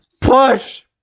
Push